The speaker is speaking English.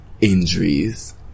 Injuries